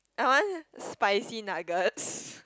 I want spicy nuggets